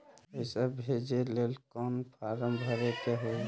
पैसा भेजे लेल कौन फार्म भरे के होई?